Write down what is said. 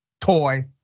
toy